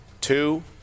two